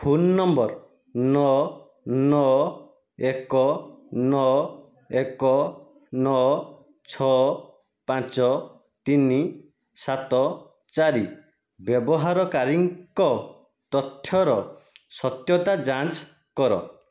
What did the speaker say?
phone number ନଅ ନଅ ଏକ ନଅ ଏକ ନଅ ଛଅ ପାଞ୍ଚ ତିନି ସାତ ଚାରି ବ୍ୟବହାରକାରୀଙ୍କ ତଥ୍ୟର ସତ୍ୟତା ଯାଞ୍ଚ କର